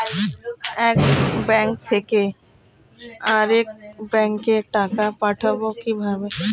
এক ব্যাংক থেকে আরেক ব্যাংকে টাকা পাঠাবো কিভাবে?